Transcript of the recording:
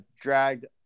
dragged